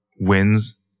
wins